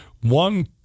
one